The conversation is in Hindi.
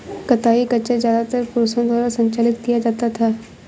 कताई खच्चर ज्यादातर पुरुषों द्वारा संचालित किया जाता था